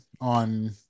on